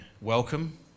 Welcome